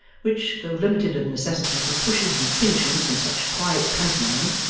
which, though limited of necessity to pushes and pinches and such quiet pantomime,